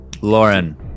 Lauren